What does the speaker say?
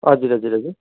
हजुर हजुर हजुर